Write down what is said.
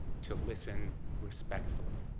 to listen respectfully